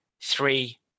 three